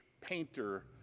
painter